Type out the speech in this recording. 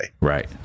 Right